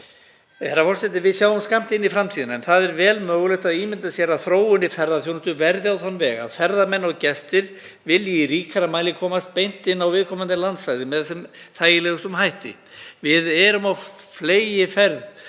Við sjáum skammt inn í framtíðina en það er vel mögulegt að ímynda sér að þróun í ferðaþjónustu verði á þann veg að ferðamenn og gestir vilji í ríkara mæli komast beint á viðkomandi landsvæði með þægilegum hætti. Við erum á fleygiferð,